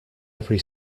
every